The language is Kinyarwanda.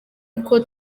uko